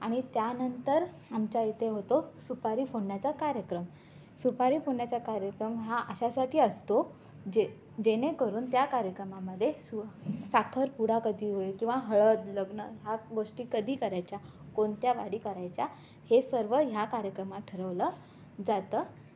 आणि त्यानंतर आमच्या इथे होतो सुपारी फोडण्याचा कार्यक्रम सुपारी फोडण्याचा कार्यक्रम हा अशासाठी असतो जे जेणेकरून त्या कार्यक्रमामध्ये सु साखरपुडा कधी होईल किंवा हळद लग्न ह्या गोष्टी कधी करायच्या कोणत्या वारी करायच्या हे सर्व ह्या कार्यक्रमात ठरवलं जातं